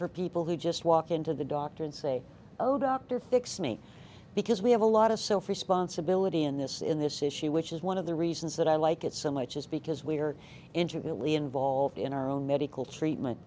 for people who just walk into the doctor and say oh doctor fix me because we have a lot of sophie sponsibility in this in this issue which is one of the reasons that i like it so much is because we are into really involved in our own medical treatment